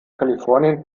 kalifornien